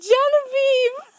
Genevieve